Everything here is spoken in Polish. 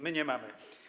My nie mamy.